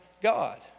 God